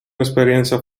esperienza